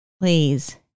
please